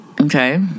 Okay